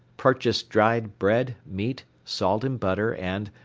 purchased dried bread, meat, salt and butter and,